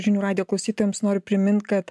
žinių radijo klausytojams noriu primint kad